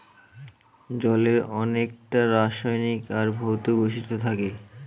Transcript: জলের অনেককটা রাসায়নিক আর ভৌত বৈশিষ্ট্য থাকে